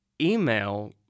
email